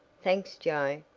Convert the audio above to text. thanks joe,